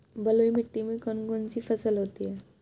बलुई मिट्टी में कौन कौन सी फसल होती हैं?